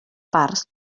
parts